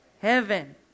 heaven